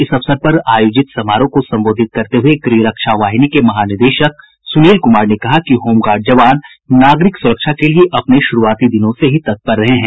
इस अवसर पर आयोजित समारोह को संबोधित करते हुए गृहरक्षा वाहिनी के महानिदेशक सुनील कुमार ने कहा कि होमगार्ड जवान नागरिक सुरक्षा के लिये अपने शुरूआती दिनों से ही तत्पर रहे हैं